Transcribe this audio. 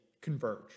converge